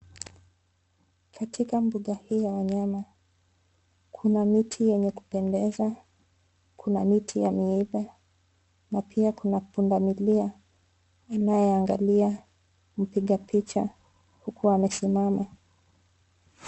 Katika mbuga hii ya wanyama, kuna miti yenye kupendeza, kuna miti ya miiba na pia kuna pundamilia anayeangalia mpiga picha huku amesimama.